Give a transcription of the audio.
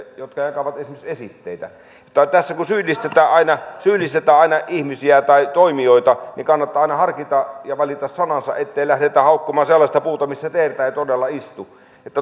jotka jakavat esimerkiksi esitteitä tässä kun syyllistetään aina syyllistetään aina ihmisiä tai toimijoita niin kannattaa aina harkita ja valita sanansa ettei lähdetä haukkumaan sellaista puuta missä teertä ei todella istu